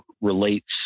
relates